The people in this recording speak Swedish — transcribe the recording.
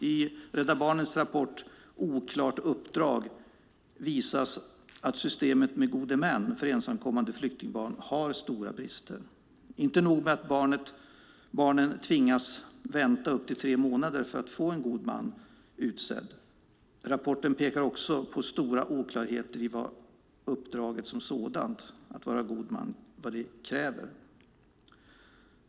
I Rädda Barnens rapport Oklart uppdrag visas att systemet med god man för ensamkommande flyktingbarn har stora brister. Inte nog med att barnen tvingas vänta upp till tre månader för att få en god man utsedd; rapporten pekar också på stora oklarheter i vad uppdraget som god man som sådant kräver.